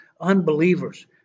unbelievers